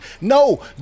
No